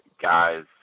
guys